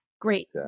Great